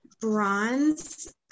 bronze